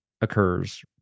occurs